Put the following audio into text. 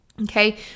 Okay